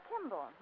Kimball